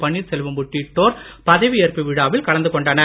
பன்னீர்செல்வம் உள்ளிட்டோர் பதவி ஏற்பு விழாவில் கலந்து கொண்டனர்